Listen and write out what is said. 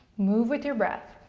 move with your breath.